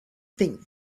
think